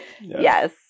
Yes